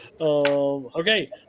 Okay